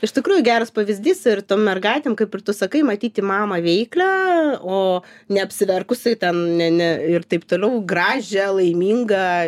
iš tikrųjų geras pavyzdys ir tom mergaitėm kaip ir tu sakai matyti mamą veiklią o neapsiverkusi ten ne ne ir taip toliau gražią laimingą